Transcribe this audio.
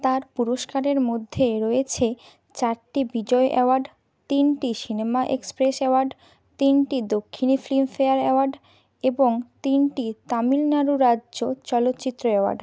তার পুরস্কারের মধ্যে রয়েছে চারটি বিজয় অ্যাওয়ার্ড তিনটি সিনেমা এক্সপ্রেস অ্যাওয়ার্ড তিনটি দক্ষিণী ফিল্মফেয়ার অ্যাওয়ার্ড এবং তিনটি তামিলনাড়ু রাজ্য চলচ্চিত্র অ্যাওয়ার্ড